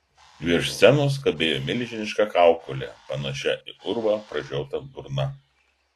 virš scenos kabėjo milžiniška kaukolė panašia į urvą pražiota burna